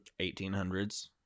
1800s